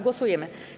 Głosujemy.